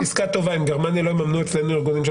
אם גרמניה לא יממנו אצלנו ארגונים של